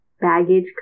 baggage